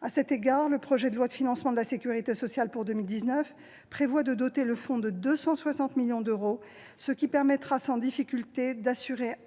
À cet égard, le projet de loi de financement de la sécurité sociale pour 2019 prévoit de doter le fonds de 260 millions d'euros, ce qui permettra de lui assurer sans difficulté